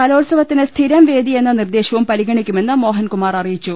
കലോത്സവത്തിന് സ്ഥിരം വേദി എന്ന നിർദ്ദേശവും പരിഗണിക്കുമെന്ന് മോഹൻകുമാർ അറിയിച്ചു